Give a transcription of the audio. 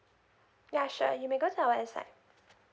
yeah sure you may go to our website